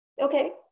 Okay